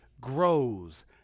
grows